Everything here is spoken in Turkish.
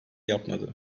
yapmadı